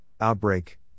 Outbreak